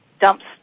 dumps